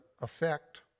effect